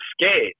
scared